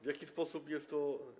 W jaki sposób jest to.